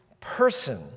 person